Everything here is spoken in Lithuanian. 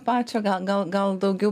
pačią gal gal gal daugiau